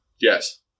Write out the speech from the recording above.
Yes